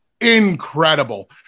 incredible